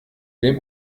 dem